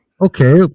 Okay